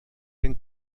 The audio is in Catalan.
ben